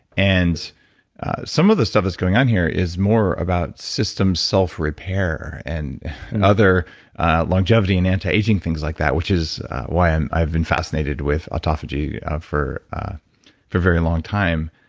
and some of the stuff that's going on here is more about system self-repair and other longevity and anti-aging things like that which is why um i've been fascinated with autophagy for a very long time.